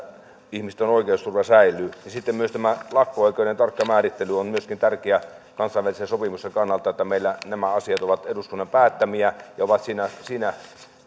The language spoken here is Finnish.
ihmisten oikeusturva säilyy sitten tämä lakko oikeuden tarkka määrittely on myöskin tärkeä kansainvälisten sopimusten kannalta niin että meillä nämä asiat ovat eduskunnan päättämiä ja ovat siinä